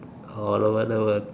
all over the world